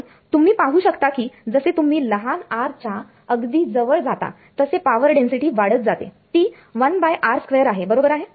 आणि तुम्ही पाहू शकता की जसे तुम्ही लहान r च्या अधिक जवळ जाता तसे पावर डेन्सिटी वाढत जाते ती आहे बरोबर आहे